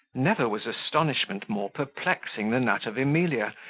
never was astonishment more perplexing than that of emilia,